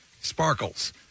Sparkles